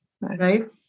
Right